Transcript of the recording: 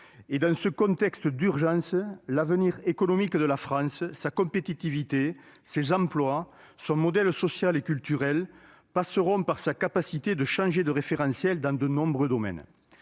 Dans ce contexte d'urgence, l'avenir économique de la France, sa compétitivité, ses emplois, son modèle social et culturel passeront par sa capacité à changer de référentiel dans de nombreux domaines.